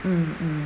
mm mm